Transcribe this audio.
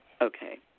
Okay